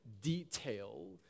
detail